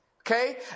Okay